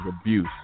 abuse